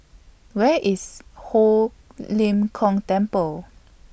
Where IS Ho Lim Kong Temple